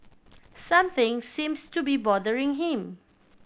something seems to be bothering him